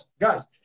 guys